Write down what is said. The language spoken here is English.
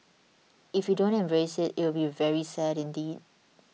if we don't embrace it it'll be very sad indeed